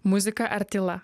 muzika ar tyla